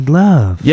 love